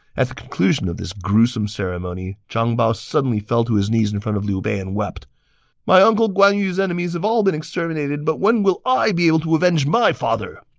at the conclusion of this gruesome ceremony, zhang bao suddenly fell to his knees in front of liu bei and wept my uncle guan yu's enemies have all been exterminated, but when will i be able to avenge my father!